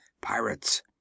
Pirates